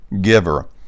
giver